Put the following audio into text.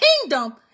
kingdom